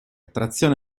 trazione